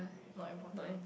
not important